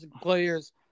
players